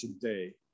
today